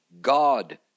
God